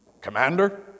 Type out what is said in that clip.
Commander